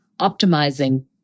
optimizing